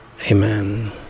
Amen